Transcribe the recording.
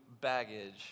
baggage